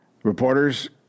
Reporters